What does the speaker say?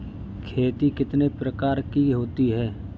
खेती कितने प्रकार की होती है?